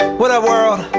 what up, world